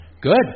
Good